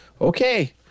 okay